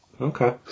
Okay